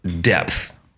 depth